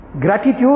Gratitude